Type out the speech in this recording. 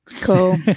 Cool